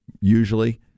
usually